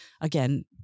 again